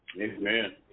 Amen